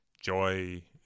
joy